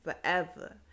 forever